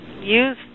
use